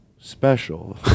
special